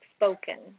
Spoken